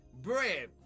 bread